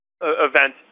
event